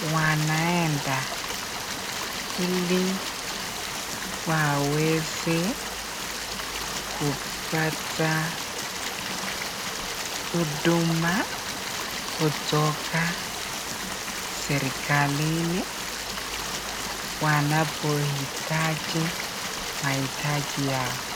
wanaenda ili waweze kupata huduma kutoka serikalini wanapohitaji mahitaji yao.